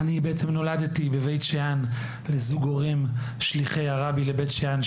נולדתי בבית שאן לזוג הורים שליחי הרבי לבית שאן,